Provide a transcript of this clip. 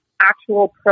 actual